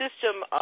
system